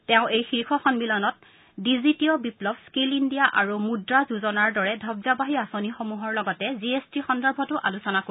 তেওঁ এই শীৰ্ষ সম্মিলনত ডিজিটিঅ' বিপ্নৱ স্কীল ইণ্ডিয়া আৰু মুদ্ৰা যোজনাৰ দৰে ধবজাবাহী অাঁচনিসমূহৰ লগতে জি এছ টি সন্দৰ্ভতো আলোচনা কৰিব